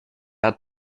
hat